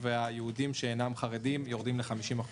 והיהודים שאינם חרדים יורדים ל-50%.